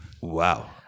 Wow